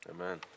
Amen